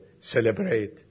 celebrate